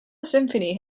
symphony